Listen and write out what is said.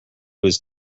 was